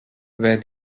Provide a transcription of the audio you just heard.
where